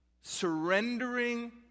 surrendering